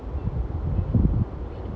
mmhmm mmhmm